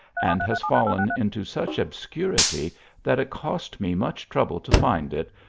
and has fallen into such obscurity that it cost me much trouble to find it,